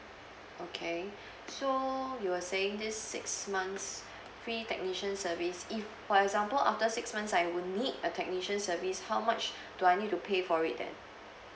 okay so you were saying this six months free technician service if for example after six months I will need a technician service how much do I need to pay for it then